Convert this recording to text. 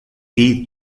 qui